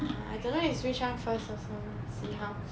I don't know is which one first also see how